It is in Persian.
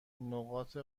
نقاط